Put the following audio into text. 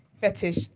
fetish